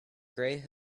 gray